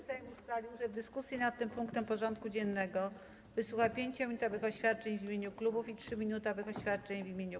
Sejm ustalił, że w dyskusji nad tym punktem porządku dziennego wysłucha 5-minutowych oświadczeń w imieniu klubów i 3-minutowych oświadczeń w imieniu kół.